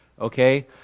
okay